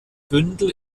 bündel